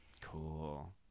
Cool